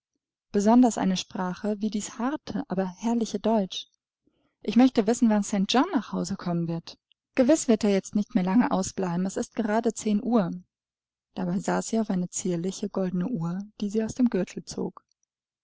besonders eine sprache wie dies harte aber herrliche deutsch ich möchte wissen wann st john nach hause kommen wird gewiß wird er jetzt nicht mehr lange ausbleiben es ist gerade zehn uhr dabei sah sie auf eine zierliche goldene uhr die sie aus dem gürtel zog